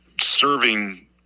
serving